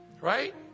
right